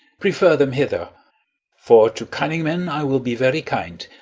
prefer them hither for to cunning men i will be very kind,